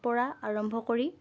পৰা আৰম্ভ কৰি